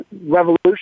revolution